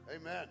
Amen